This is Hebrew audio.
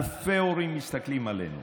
אלפי הורים מסתכלים עלינו,